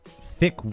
Thick